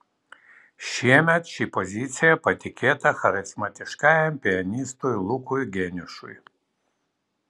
šiemet ši pozicija patikėta charizmatiškajam pianistui lukui geniušui